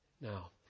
Now